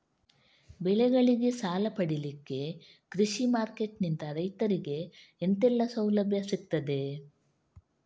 ಬೆಳೆಗಳಿಗೆ ಸಾಲ ಪಡಿಲಿಕ್ಕೆ ಕೃಷಿ ಮಾರ್ಕೆಟ್ ನಿಂದ ರೈತರಿಗೆ ಎಂತೆಲ್ಲ ಸೌಲಭ್ಯ ಸಿಗ್ತದ?